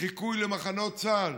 חיכו למחנות צה"ל.